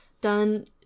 done